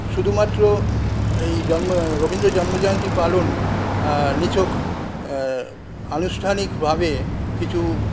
শুধুমাত্র এই জন্ম রবীন্দ্র জন্মজয়ন্তী পালন নিছক আনুষ্ঠানিকভাবে কিছু